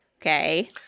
Okay